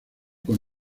con